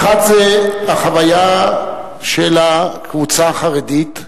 האחד זה החוויה של הקבוצה החרדית,